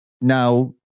Now